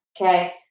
okay